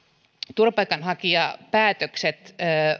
turvapaikanhakijapäätökset